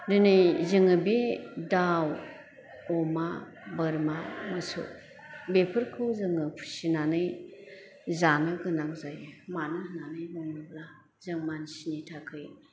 दिनै जोङो बे दाव एमा बोरमा मोसौ बेफोरखौ जोङो फिसिनानै जानो गोनां जायो मानो होन्नानै बुङोब्ला जों मानसिनि थाखै